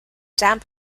damp